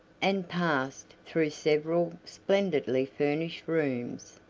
and passed through several splendidly furnished rooms.